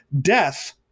death